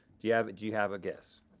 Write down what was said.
do you have, do you have a guess?